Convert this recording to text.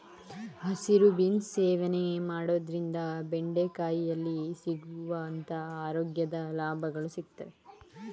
ಹಸಿರು ಬೀನ್ಸ್ ಸೇವನೆ ಮಾಡೋದ್ರಿಂದ ಬೆಂಡೆಕಾಯಿಯಲ್ಲಿ ಸಿಗುವಂತ ಆರೋಗ್ಯದ ಲಾಭಗಳು ಸಿಗುತ್ವೆ